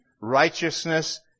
righteousness